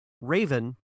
Raven